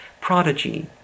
prodigy